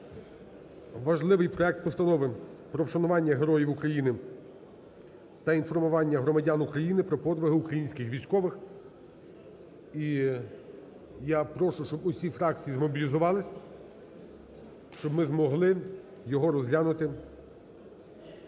важливий проект Постанови про вшанування Героїв України та інформування громадян України про подвиги українських військових. І я прошу, щоб усі фракції змобілізувались, щоб ми змогли його розглянути